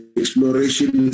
exploration